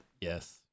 Yes